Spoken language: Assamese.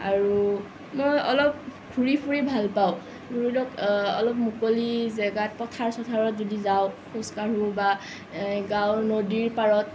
আৰু মই অলপ ঘূৰি ফুৰি ভাল পাওঁ ধৰি লওক অলপ মুকলি জেগাত পথাৰ চথাৰত যদি যাওঁ খোজ কাঢ়ো বা গাঁৱৰ নদীৰ পাৰত